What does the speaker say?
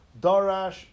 Darash